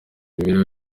imibereho